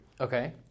okay